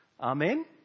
Amen